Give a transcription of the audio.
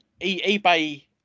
eBay